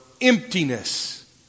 emptiness